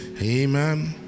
amen